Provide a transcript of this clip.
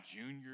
junior